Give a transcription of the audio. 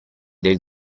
del